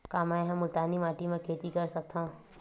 का मै ह मुल्तानी माटी म खेती कर सकथव?